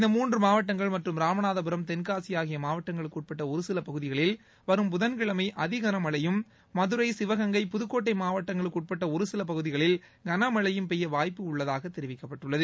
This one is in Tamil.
இந்த மூன்று மாவட்டங்கள் மற்றும் ராமநாதபுரம் தென்காசி ஆகிய மாவட்டங்களுக்கு உட்பட்ட ஒருசில பகுதிகளில் வரும் புதன்கிழமை மாவட்டங்களுக்குட்பட்ட ஒருசில பகுதிகளில் கனமழையும் பெய்ய வாய்ப்பு உள்ளதாக தெரிவிக்கப்பட்டுள்ளது